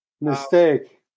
Mistake